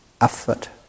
effort